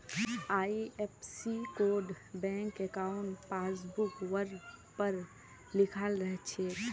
IFSC code bank अंकाउट पासबुकवर पर लिखाल रह छेक